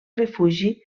refugi